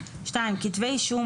כתבי אישום,